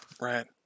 Right